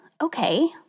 okay